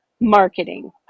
marketing